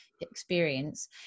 experience